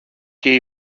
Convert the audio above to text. και